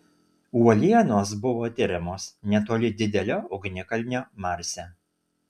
uolienos buvo tiriamos netoli didelio ugnikalnio marse